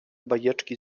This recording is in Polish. bajeczki